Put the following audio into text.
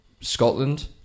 Scotland